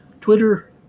Twitter